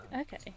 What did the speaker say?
Okay